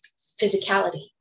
physicality